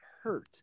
hurt